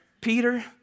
Peter